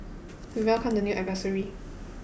we welcomed the new advisory